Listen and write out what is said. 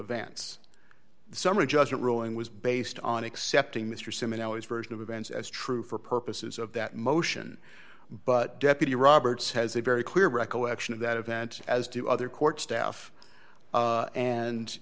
events summary judgment ruling was based on accepting mr simoneau his version of events as true for purposes of that motion but deputy roberts has a very clear recollection of that event as do other court staff and and